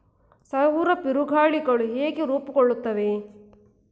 ಸೌರ ಬಿರುಗಾಳಿಗಳು ಹೇಗೆ ರೂಪುಗೊಳ್ಳುತ್ತವೆ?